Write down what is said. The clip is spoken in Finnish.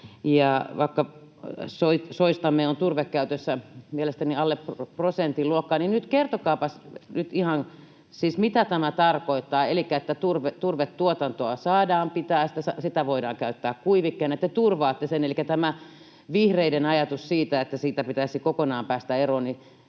vaikka soistamme on turvekäytössä mielestäni alle prosentin luokkaa. Elikkä kertokaapas nyt ihan siis, mitä tämä tarkoittaa, että te turvaatte sen, että turvetuotantoa saadaan pitää ja sitä voidaan käyttää kuivikkeena. Elikkä kun on tämä vihreiden ajatus, että siitä pitäisi kokonaan päästä eroon,